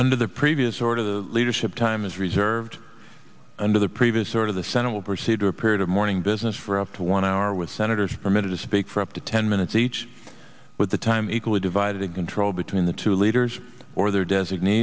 under the previous sort of the leadership time is reserved under the previous sort of the senate will proceed to a period of mourning business for up to one hour with senators permitted to speak for up to ten minutes each with the time equally divided it control between the two leaders or their design